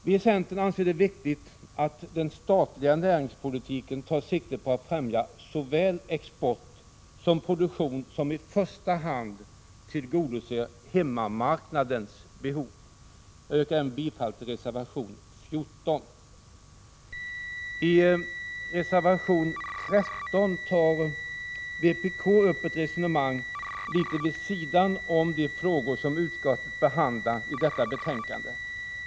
Viicentern anser det viktigt att den statliga näringspolitiken tar sikte på att främja såväl export som produktion som i första hand tillgodoser hemmamarknadens behov. Jag yrkar bifall även till reservation 14. I reservation 13 tar vpk upp ett resonemang litet vid sidan om de frågor som utskottet behandlar i detta betänkande.